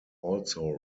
also